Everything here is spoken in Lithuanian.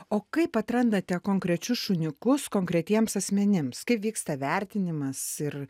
o kaip atrandate konkrečius šuniukus konkretiems asmenims kaip vyksta vertinimas ir